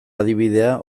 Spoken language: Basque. adibidea